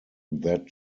that